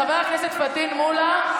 חבר הכנסת פטין מולא.